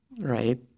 right